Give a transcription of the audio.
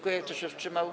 Kto się wstrzymał?